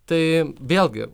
tai vėlgi